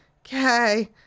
okay